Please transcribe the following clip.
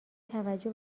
توجه